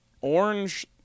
Orange